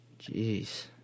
Jeez